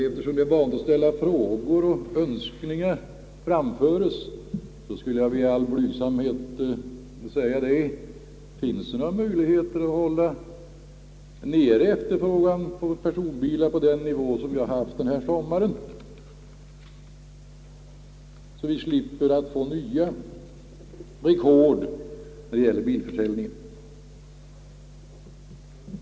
Eftersom det i dag tycks vara vanligt att framställa frågor skulle jag i all blygsamhet vilja fråga: Finns det någon möjlighet att hålla nere efterfrågan på personbilar på den nivå som den haft denna sommar, så att vi slipper att få nya rekord när det gäller bilförsäljningen?